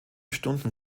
stunden